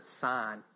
sign